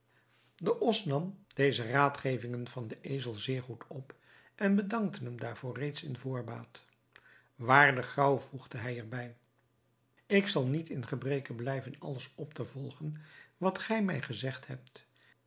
de os nam deze raadgevingen van den ezel zeer goed op en bedankte hem daarvoor reeds in voorbaat waarde graauw voegde hij er bij ik zal niet in gebreke blijven alles op te volgen wat gij mij gezegd hebt